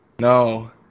no